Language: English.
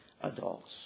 adults